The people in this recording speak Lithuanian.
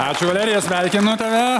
ačiū valerija sveikinu tave